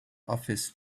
office